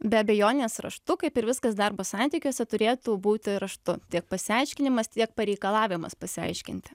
be abejonės raštu kaip ir viskas darbo santykiuose turėtų būti raštu tiek pasiaiškinimas tiek pareikalavimas pasiaiškinti